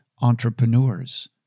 entrepreneurs